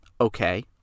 okay